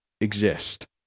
exist